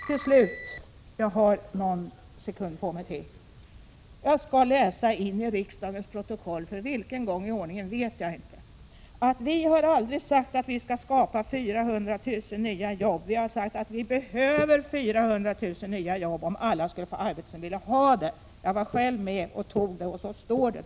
Till slut skall jag läsa in till riksdagens protokoll — för vilken gång i ordningen vet jag inte: Vi har aldrig sagt att vi skall skapa 400 000 nya jobb. Vi har sagt att vi behöver 400 000 nya jobb om alla som vill ha arbete skall få det. Jag var själv med och fattade beslutet, och så står det.